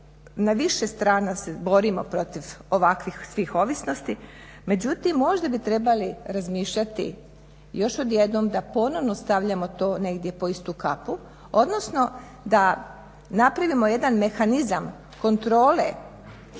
na više strana se borimo protiv ovakvih svih ovisnosti međutim možda bi trebali razmišljati još jednom da ponovno stavljamo to pod istu kapu odnosno da napravimo jedan mehanizam kontrole